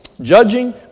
judging